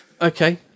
Okay